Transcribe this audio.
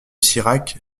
sirac